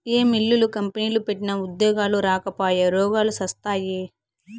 ఏ మిల్లులు, కంపెనీలు పెట్టినా ఉద్యోగాలు రాకపాయె, రోగాలు శాస్తాయే